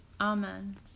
Amen